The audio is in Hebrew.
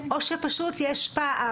או שפשוט יש פער,